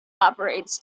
operates